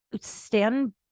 stand